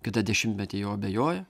kitą dešimtmetį juo abejoja